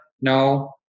No